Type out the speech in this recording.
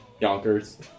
Yonkers